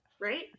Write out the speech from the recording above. Right